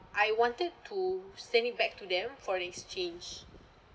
I wanted to send it back to them for an exchange